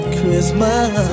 Christmas